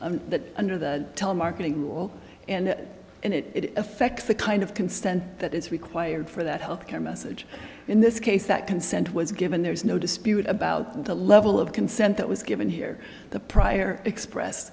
that under the telemarketing rule and it affects the kind of consent that is required for that health care message in this case that consent was given there is no dispute about the level of consent that was given here the prior expressed